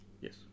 Yes